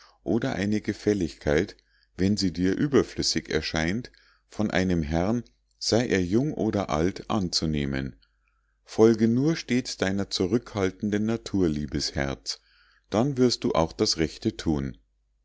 oder eine gefälligkeit wenn sie dir überflüssig erscheint von einem herrn sei er jung oder alt anzunehmen folge nur stets deiner zurückhaltenden natur liebes herz dann wirst du auch das rechte thun